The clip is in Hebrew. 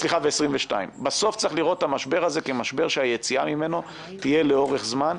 2022. בסוף צריך לראות את המשבר הזה כמשבר שהיציאה ממנו תהיה לאורך זמן,